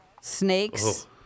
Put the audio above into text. snakes